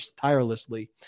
tirelessly